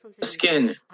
skin